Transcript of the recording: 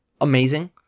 amazing